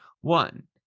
One